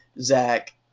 Zach